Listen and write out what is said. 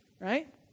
Right